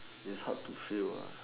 it's hard to fail uh